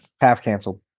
Half-canceled